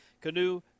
canoe